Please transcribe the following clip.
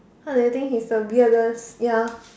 what do you think he's the weirdest ya